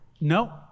No